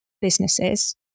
businesses